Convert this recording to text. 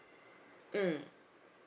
mm